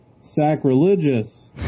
sacrilegious